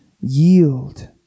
yield